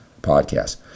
podcast